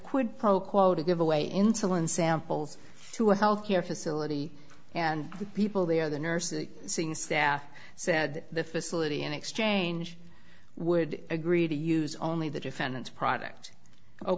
quid pro quo to give away insulin samples to a health care facility and the people there the nurses scene staff said the facility and exchange would agree to use only the defendant's product o